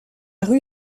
rue